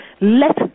let